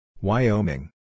Wyoming